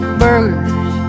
burgers